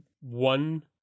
one